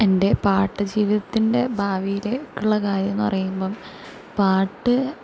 എൻ്റെ പാട്ട് ജീവിതത്തിൻ്റെ ഭാവിയിലേക്കുള്ള കാര്യം എന്ന് പറയുമ്പം പാട്ട്